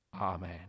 Amen